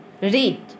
read